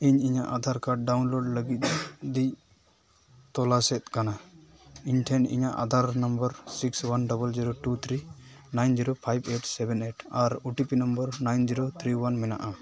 ᱤᱧ ᱤᱧᱟᱹᱜ Aadhaar card download ᱞᱟᱹᱜᱤᱫ ᱤᱧ ᱛᱚᱞᱟᱥᱮᱫ ᱠᱟᱱᱟ ᱤᱧ ᱴᱷᱮᱱ ᱤᱧᱟᱹᱜ Aadhaar number six one double zero two three nine zero five eight seven eight ᱟᱨ O T P number nine zero three one ᱢᱮᱱᱟᱜᱼᱟ